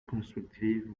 constructive